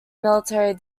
military